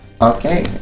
Okay